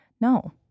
No